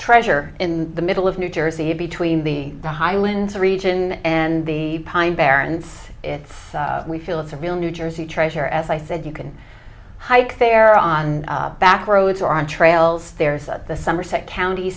treasure in the middle of new jersey between the highlands region and the pine barrens it's we feel it's a real new jersey treasure as i said you can hike there on back roads or on trails there's the somerset county